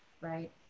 Right